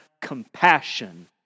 compassion